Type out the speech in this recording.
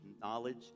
knowledge